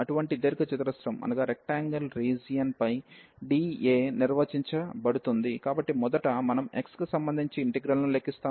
అటువంటి దీర్ఘ చతురస్రం రీజియన్ పై dA నిర్వచించబడుతుంది కాబట్టి మొదట మనం x కి సంబంధించి ఇంటిగ్రల్ ను లెక్కిస్తాము